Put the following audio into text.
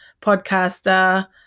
podcaster